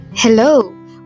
Hello